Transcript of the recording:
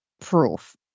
proof